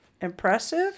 impressive